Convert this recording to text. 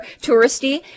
touristy